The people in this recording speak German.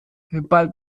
bald